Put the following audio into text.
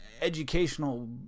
educational